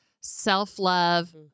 self-love